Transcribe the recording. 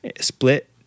split